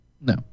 No